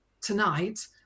tonight